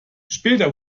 später